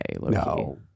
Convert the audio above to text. No